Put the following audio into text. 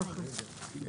הישיבה ננעלה בשעה 13:25.